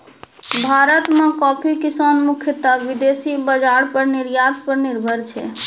भारत मॅ कॉफी किसान मुख्यतः विदेशी बाजार पर निर्यात पर निर्भर छै